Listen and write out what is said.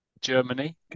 Germany